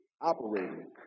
operating